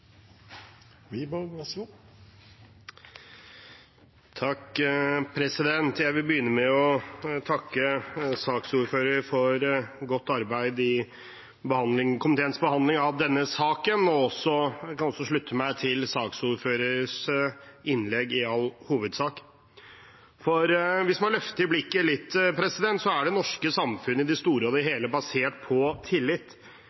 Jeg vil begynne med å takke saksordføreren for godt arbeid i komiteens behandling av denne saken, og jeg kan også slutte meg til saksordførerens innlegg, i all hovedsak. For hvis man løfter blikket litt, er det norske samfunnet i det store og hele basert på tillit.